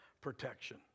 protection